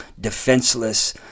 defenseless